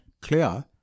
clear